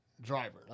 driver